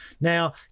Now